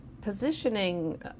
positioning